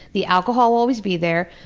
the alcohol will always be there,